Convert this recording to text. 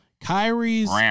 Kyrie's